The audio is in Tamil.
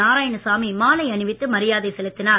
நாராயணசாமி மாலையணிவித்து மரியாதை செலுத்தினார்